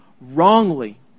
wrongly